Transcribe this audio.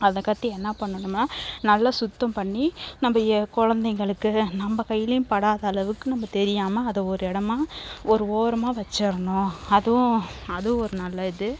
அந்த கத்தியை என்ன பண்ணணும்னால் நல்லா சுத்தம் பண்ணி நம்ம எ குழந்தைங்களுக்கு நம்ம கைலேயும் படாத அளவுக்கு நம்ம தெரியாமல் அதை ஒரு இடமா ஒரு ஓரமாக வச்சிடணும் அதுவும் அதுவும் ஒரு நல்லது